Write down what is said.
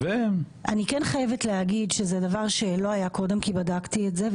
אני כן חייבת להגיד שזה דבר שלא היה קודם כי בדקתי את זה.